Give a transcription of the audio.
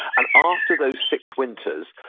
and after those six winters,